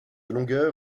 longueur